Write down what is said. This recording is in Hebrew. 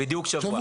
בדיוק שבוע.